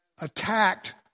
attacked